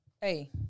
hey